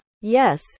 yes